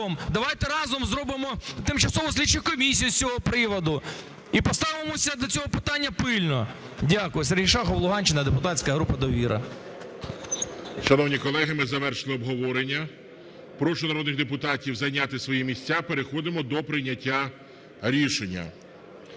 давайте разом зробимо тимчасову слідчу комісію з цього приводу і поставимося до цього питання пильно. Дякую. Сергій Шахов, Луганщина, депутатська група "Довіра". ГОЛОВУЮЧИЙ. Шановні колеги, ми завершили обговорення. Прошу народних депутатів зайняти свої місця, переходимо до прийняття рішення.